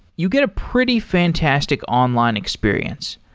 you get a pretty fantastic online experience.